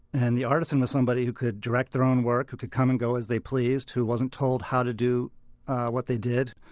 and the artisan was somebody who could direct their own work, who could come and go as they pleased, who wasn't told how to do what they did.